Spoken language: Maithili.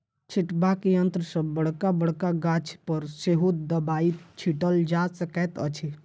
छिटबाक यंत्र सॅ बड़का बड़का गाछ पर सेहो दबाई छिटल जा सकैत अछि